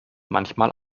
manchmal